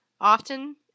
Often